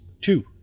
Two